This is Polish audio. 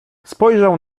spojrzał